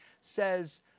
says